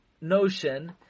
notion